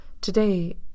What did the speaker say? Today